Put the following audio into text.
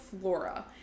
flora